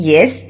Yes